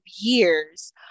years